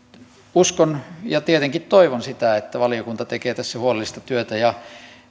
uskon ja tietenkin toivon sitä että valiokunta tekee tässä huolellista työtä ja